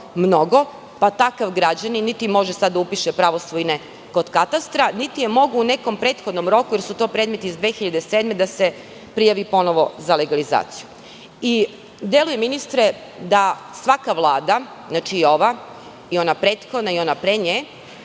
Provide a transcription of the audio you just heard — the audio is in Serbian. pa takav građanin niti može sad da upiše pravo svojine kod katastra, niti je mogao u nekom prethodnom roku, jer su to predmeti iz 2007. godine, da se prijavi ponovo za legalizaciju. Deluje, ministre, da svaka Vlada, ova i ona prethodna i ona pre nje,